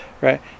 right